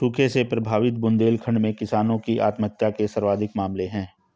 सूखे से प्रभावित बुंदेलखंड में किसानों की आत्महत्या के सर्वाधिक मामले है